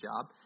job